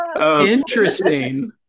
Interesting